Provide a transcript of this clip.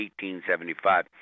1875